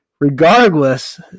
Regardless